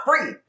free